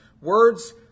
Words